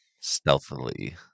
stealthily